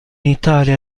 italia